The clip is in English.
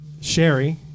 Sherry